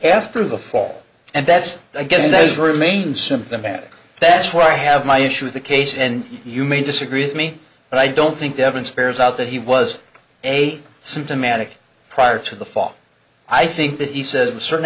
after the fall and that's again those remains symptomatic that's why i have my issue with the case and you may disagree with me but i don't think they have an spares out that he was a symptomatic prior to the fall i think that he says certain